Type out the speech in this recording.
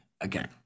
again